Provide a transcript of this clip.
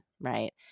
right